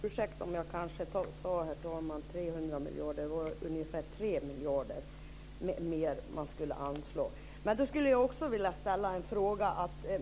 Herr talman! Jag ber om ursäkt för att jag sade 300 miljarder. Det är ungefär 3 miljarder mer som man skulle anslå. Men jag skulle vilja ställa en fråga.